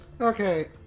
Okay